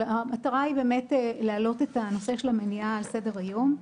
אבל המטרה היא באמת להעלות את נושא המניעה על סדר היום.